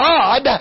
God